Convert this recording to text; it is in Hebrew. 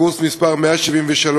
קורס מס' 173,